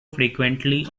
frequently